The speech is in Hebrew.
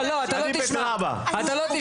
לא, לא, אתה לא תשמע, אתה לא תשמע.